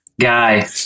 guy